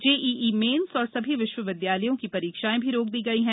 JEE mains और सभी विश्वविद्यालयों की परीक्षाए भी रोक दी गई हैं